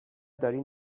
داری